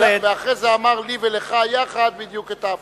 ואחרי זה הוא אמר לי ולך יחד בדיוק את ההפוך,